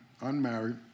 unmarried